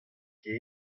ket